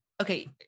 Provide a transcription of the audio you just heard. Okay